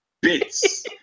bits